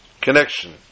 connection